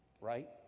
Right